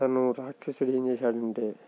తను రాక్షసుడిని చంపే